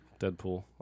Deadpool